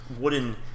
wooden